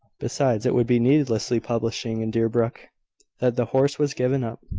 besides, it would be needlessly publishing in deerbrook that the horse was given up.